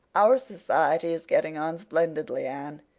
our society is getting on splendidly, anne.